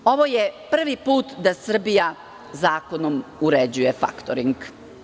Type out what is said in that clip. Ovo je prvi put da Srbija zakonom uređuje faktoring.